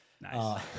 nice